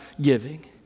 giving